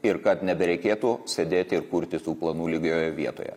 ir kad nebereikėtų sėdėti ir purtyt tų planų lygioje vietoje